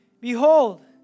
Behold